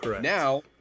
now